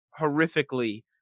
horrifically